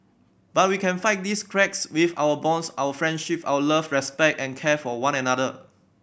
but we can fight these cracks with our bonds our friendship our love respect and care for one another